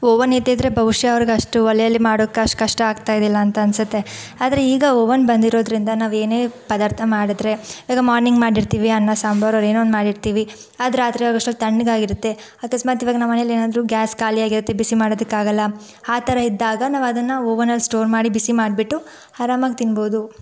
oven ಇದ್ದಿದ್ದರೆ ಬಹುಶಃ ಅವ್ರಿಗಷ್ಟು ಒಲೆಯಲ್ಲಿ ಮಾಡೋಕ್ಕಷ್ಟು ಕಷ್ಟ ಆಗ್ತಾ ಇದ್ದಿಲ್ಲ ಅಂತ ಅನಿಸತ್ತೆ ಆದರೆ ಈಗ ಓವನ್ ಬಂದಿರೋದ್ರಿಂದ ನಾವೇನೇ ಪದಾರ್ಥ ಮಾಡಿದ್ರೆ ಈಗ ಮಾರ್ನಿಂಗ್ ಮಾಡಿರ್ತೀವಿ ಅನ್ನ ಸಾಂಬಾರೊ ಏನೋ ಒಂದು ಮಾಡಿರ್ತೀವಿ ಅದು ರಾತ್ರಿ ಆಗೋಷ್ಟ್ರಲ್ಲಿ ತಣ್ಣಗಾಗಿರುತ್ತೆ ಅಕಸ್ಮಾತ್ ಇವಾಗ ನಮ್ಮ ಮನೇಲೇನಾದ್ರೂ ಗ್ಯಾಸ್ ಖಾಲಿಯಾಗಿರುತ್ತೆ ಬಿಸಿ ಮಾಡೋದಕ್ಕಾಗಲ್ಲ ಆ ಥರ ಇದ್ದಾಗ ನಾವದನ್ನು ಓವನಲ್ಲಿ ಸ್ಟೋರ್ ಮಾಡಿ ಬಿಸಿ ಮಾಡಿಬಿಟ್ಟು ಆರಾಮಾಗಿ ತಿನ್ಬೋದು